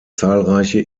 zahlreiche